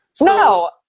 No